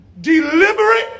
deliberate